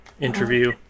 interview